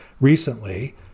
recently